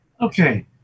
Okay